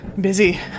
busy